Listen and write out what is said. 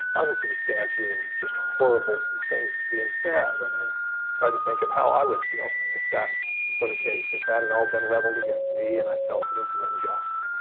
unsubstantiated just horrible things being said and i tried to think of how i would feel if that were the case if that had all been leveled against me and i felt that it was unjust.